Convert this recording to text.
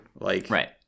Right